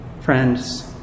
Friends